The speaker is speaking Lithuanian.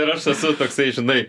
ir aš esu toksai žinai